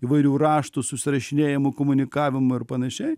įvairių raštų susirašinėjimų komunikavimų ir panašiai